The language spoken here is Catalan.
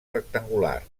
rectangular